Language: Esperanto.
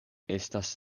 estas